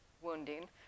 wounding